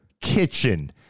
kitchen